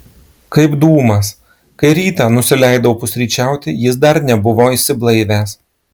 kaip dūmas kai rytą nusileidau pusryčiauti jis dar nebuvo išsiblaivęs